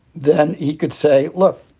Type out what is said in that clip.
then he could say, look,